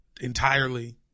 entirely